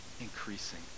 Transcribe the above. Increasing